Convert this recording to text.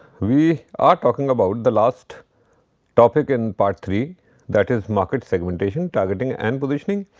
we are talking about the last topic in part three that is market segmentation, targeting and positioning.